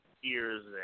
years